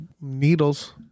needles